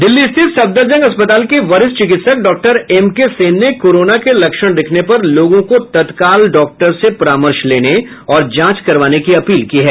दिल्ली स्थित सफदरजंग अस्पताल के वरिष्ठ चिकित्सक डॉक्टर एम के सेन ने कोरोना के लक्षण दिखने पर लोगों को तत्काल डॉक्टर से परामर्श लेने और जांच करवाने की अपील की है